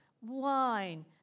wine